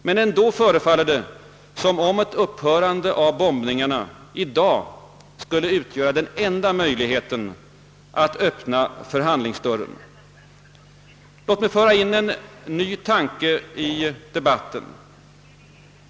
Men ändå förefaller det som om ett upphörande av bombningarna i dag skulle utgöra den enda möjligheten att öppna förhandlingsdörren. Låt mig föra in en ny tanke i debatten!